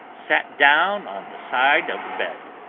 sat down on the side of the bed.